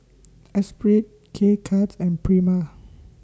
Esprit K Cuts and Prima